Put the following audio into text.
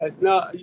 no